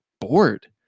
bored